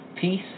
peace